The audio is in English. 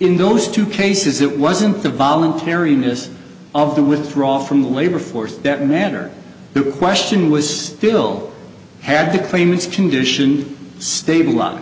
in those two cases it wasn't the voluntariness of the withdraw from the labor force that matter the question was still had the claimants condition stabilised